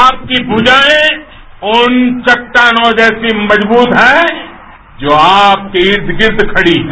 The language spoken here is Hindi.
आपकी षुजाएं उन चट्टानों जैसी मजबूत हैं जो आपके इर्द गिर्द खड़ी हैं